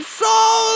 soul